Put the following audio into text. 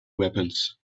weapons